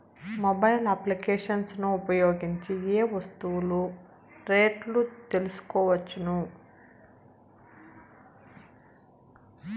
Mobile applications ను ఉపయోగించి ఏ ఏ వస్తువులు రేట్లు తెలుసుకోవచ్చును?